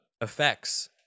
effects